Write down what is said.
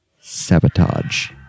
Sabotage